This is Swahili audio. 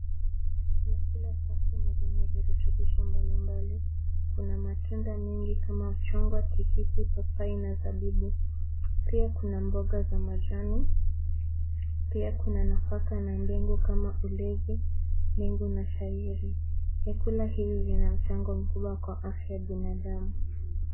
Vyakula safi na vyenye virutubisho mbalimbali, kuna matunda mingi kama chungwa , tikiti , papai na zabibu. Pia kuna mboga za majani , pia kuna nafaka na ndengu kama ulevi, mingi na shairi . Vyakula hivi vina mchango mkubwa kwa afya ya binadamu.